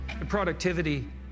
productivity